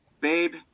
Babe